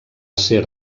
ser